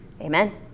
Amen